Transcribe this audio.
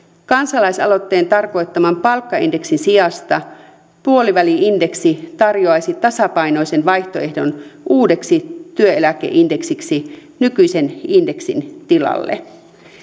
kansalaisaloitteen tarkoittaman palkkaindeksin sijasta puoliväli indeksi tarjoaisi tasapainoisen vaihtoehdon uudeksi työeläkeindeksiksi nykyisen indeksin tilalle